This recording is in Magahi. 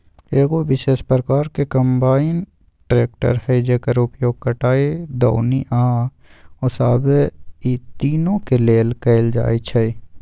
एगो विशेष प्रकार के कंबाइन ट्रेकटर हइ जेकर उपयोग कटाई, दौनी आ ओसाबे इ तिनों के लेल कएल जाइ छइ